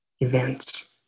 events